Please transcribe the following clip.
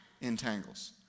entangles